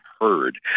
heard